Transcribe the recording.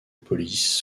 police